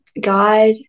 God